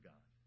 God